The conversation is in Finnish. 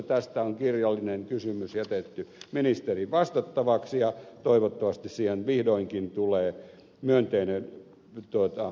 tästä on kirjallinen kysymys jätetty ministerin vastattavaksi ja toivottavasti siihen vihdoinkin tulee myönteinen kannanotto